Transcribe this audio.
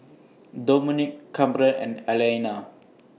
Dominick Kamren and Alayna